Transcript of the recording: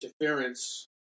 interference